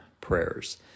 prayers